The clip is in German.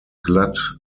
glatt